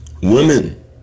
women